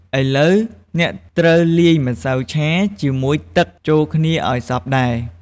ឥឡូវ អ្នកត្រូវលាយម្សៅឆាជាមួយទឹកចូលគ្នាឲ្យសព្វដែរ។